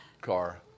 car